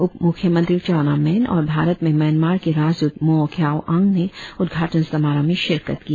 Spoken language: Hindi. उपमुख्यमंत्री चाऊना मैन और भारत में म्यांमार के राजदूत मो क्याओ आंग ने उद्घाटन समारोह में शिरकत की